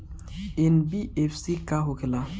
NBFC का होंखे ला?